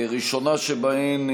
הראשונה בהן,